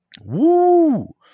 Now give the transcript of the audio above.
Woo